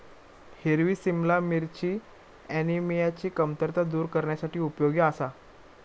हिरवी सिमला मिरची ऍनिमियाची कमतरता दूर करण्यासाठी उपयोगी आसा